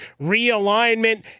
realignment